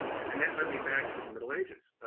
and that led me back to the middle ages,